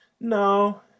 no